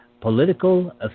political